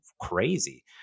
crazy